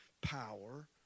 power